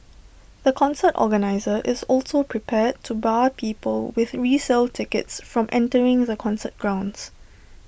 the concert organiser is also prepared to bar people with resale tickets from entering the concert grounds